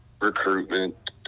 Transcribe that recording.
recruitment